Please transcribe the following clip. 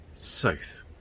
south